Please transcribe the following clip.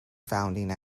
founding